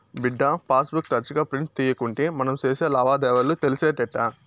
బిడ్డా, passbook తరచుగా print తీయకుంటే మనం సేసే లావాదేవీలు తెలిసేటెట్టా